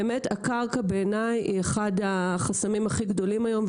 בעיניי, הקרקע היא אחד החסמים הכי גדולים היום.